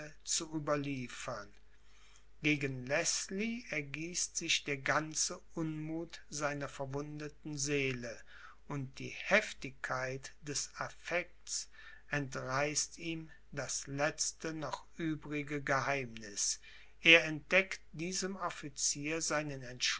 zu überliefern gegen leßlie ergießt sich der ganze unmuth seiner verwundeten seele und die heftigkeit des affekts entreißt ihm das letzte noch übrige geheimniß er entdeckt diesem officier seinen